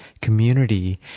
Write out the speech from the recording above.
community